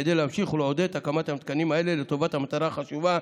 כדי להמשיך ולעודד את הקמת המתקנים האלה לטובת המטרה החשובה,